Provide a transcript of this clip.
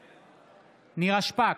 בעד נירה שפק,